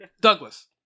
Douglas